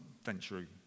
venture